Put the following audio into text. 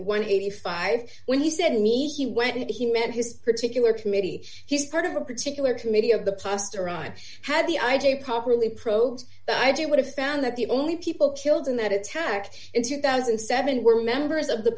and eighty five when he said meet he went he met his particular committee he's part of a particular committee of the past or i had the idea properly pro idea would have found that the only people killed in that attack in two thousand and seven were members of the